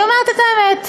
אני אומרת את האמת.